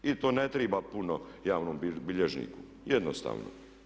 I to ne triba puno javnom bilježniku, jednostavno.